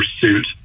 pursuit